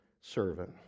servant